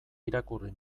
irakurri